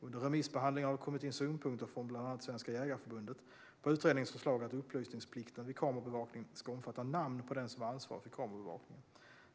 Under remissbehandlingen har det kommit in synpunkter från bland annat Svenska Jägareförbundet på utredningens förslag att upplysningsplikten vid kamerabevakning ska omfatta namn på den som är ansvarig för kamerabevakningen.